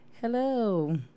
Hello